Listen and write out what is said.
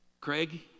Craig